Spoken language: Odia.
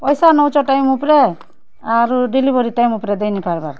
ପଏସା ନଉଚ ଟାଇମ ଉପ୍ରେ ଆରୁ ଡ଼େଲିଭରି ଟାଇମ୍ ଉପ୍ରେ ଦେଇ ନେଇଁପାର୍ବା